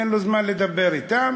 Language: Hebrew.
אין לו זמן לדבר אתם.